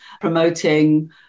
promoting